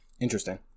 interesting